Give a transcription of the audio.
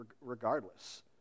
regardless